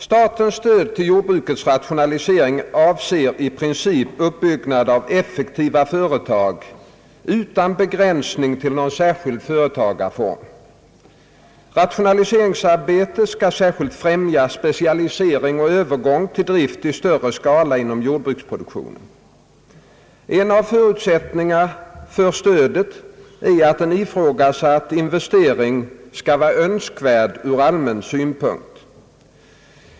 Statens stöd till jordbrukets rationalisering avser i princip uppbyggnad av effektiva företag utan begränsning till någon särskild företagsform. Rationaliseringsarbetet skall särskilt främja specialisering och övergång till drift i större skala inom jordbruksproduktionen. En av förutsättningarna för stöd är att en ifrågasatt investering skall vara önskvärd ur allmän synpunkt.